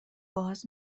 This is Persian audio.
باز